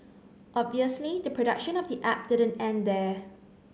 obviously the production of the app didn't end there